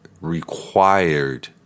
required